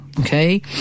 Okay